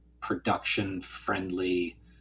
production-friendly